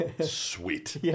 Sweet